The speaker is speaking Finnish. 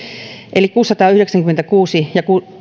eli kuusisataayhdeksänkymmentäkuusi